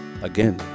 Again